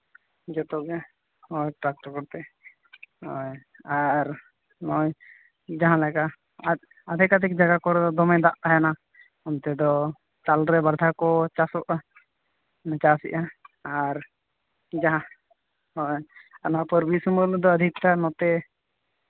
ᱡᱚᱛᱚᱜᱮ ᱦᱳᱭ ᱴᱟᱠᱴᱚᱨ ᱠᱚᱛᱮ ᱟᱨ ᱱᱚᱜᱼᱚᱭ ᱡᱟᱦᱟᱸ ᱞᱮᱠᱟ ᱟᱫᱷᱮᱠ ᱟᱫᱷᱮᱠ ᱡᱟᱭᱜᱟ ᱠᱚᱨᱮ ᱫᱚ ᱫᱚᱢᱮ ᱫᱟᱜ ᱛᱟᱦᱮᱱᱟ ᱚᱱᱛᱮ ᱫᱚ ᱥᱟᱞᱨᱮ ᱵᱟᱨ ᱫᱷᱟᱣ ᱠᱚ ᱪᱟᱥᱚᱜᱼᱟ ᱪᱟᱥᱮᱫᱼᱟ ᱡᱟᱦᱟᱸ ᱦᱳᱭ ᱱᱚᱣᱟ ᱯᱩᱨᱵᱤ ᱥᱤᱝᱵᱷᱩᱢ ᱨᱮᱫᱚ ᱟᱹᱰᱤᱴᱟ ᱱᱚᱛᱮ